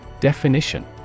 Definition